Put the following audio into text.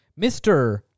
Mr